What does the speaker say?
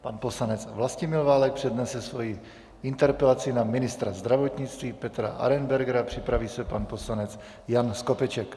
Pan poslanec Vlastimil Válek přednese svoji interpelaci na ministra zdravotnictví Petra Arenbergera, připraví se pan poslanec Jan Skopeček.